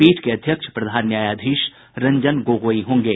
पीठ के अध्यक्ष प्रधान न्यायाधीश रंजन गोगोई होंगे